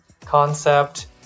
concept